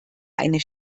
eine